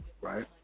right